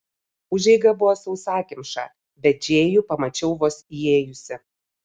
užeiga buvo sausakimša bet džėjų pamačiau vos įėjusi